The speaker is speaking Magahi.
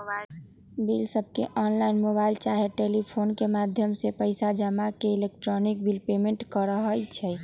बिलसबके ऑनलाइन, मोबाइल चाहे टेलीफोन के माध्यम से पइसा जमा के इलेक्ट्रॉनिक बिल पेमेंट कहई छै